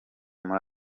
muri